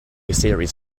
series